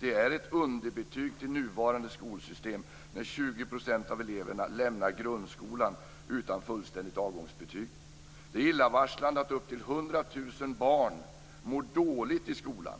Det är ett underbetyg till nuvarande skolsystem när 20 % av eleverna lämnar grundskolan utan fullständigt avgångsbetyg. Det är illavarslande att upp till 100 000 barn mår dåligt i skolan.